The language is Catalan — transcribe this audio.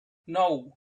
nou